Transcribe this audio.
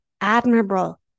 admirable